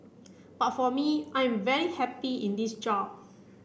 but for me I am very happy in this job